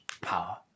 power